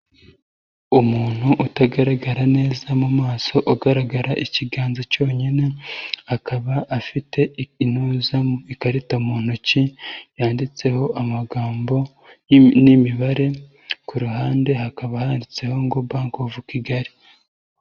Umuntu utagaragara neza mu maso, ugaragara ikiganza cyonyine, akaba afite ikarita mu ntoki yanditseho amagambo n'imibare, ku ruhande hakaba handitseho ngo bank of kigali.